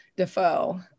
Defoe